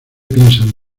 piensas